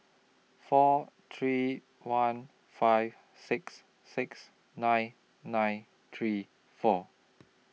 four three one five six six nine nine three four